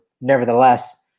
nevertheless